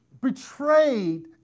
betrayed